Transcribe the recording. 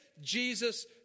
Jesus